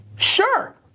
Sure